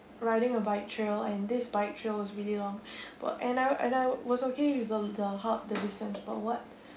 riding a bike trail and this bike trail was really long but and I and I was okay with the the the distance but what